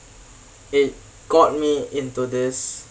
it got me into this